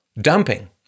dumping